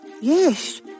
Yes